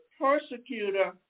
persecutor